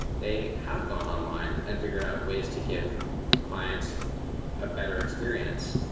they have gone online and figured out ways to give clients a better experience,